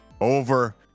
over